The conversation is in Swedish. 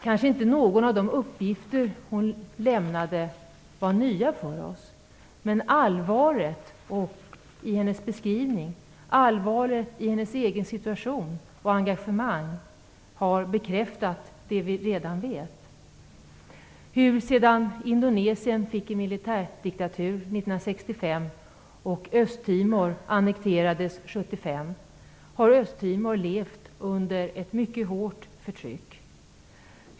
Kanske inte någon av de uppgifter hon lämnade var ny för oss, men allvaret i hennes beskrivning, allvaret i hennes egen situation och hennes engagemang har bekräftat det vi redan visste. Sedan Indonesien fick en militärdiktatur 1965 och Östtimor annekterade 1975 har Östtimor levt under ett mycket hårt förtryck.